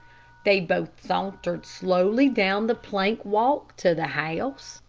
they both sauntered slowly down the plank walk to the house,